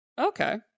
Okay